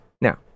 now